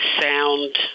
sound